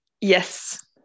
Yes